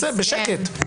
בשקט.